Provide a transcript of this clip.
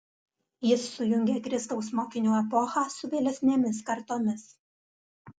jis sujungė kristaus mokinių epochą su vėlesnėmis kartomis